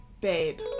Babe